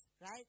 right